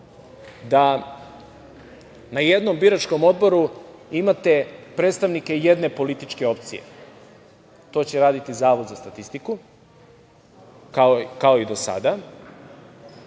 da na jednom biračkom odboru imate predstavnike jedne političke opcije. To će raditi Zavod za statistiku, kao i do sada,